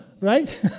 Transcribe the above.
right